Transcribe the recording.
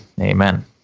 Amen